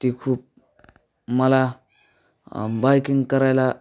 ती खूप मला बायकिंग करायला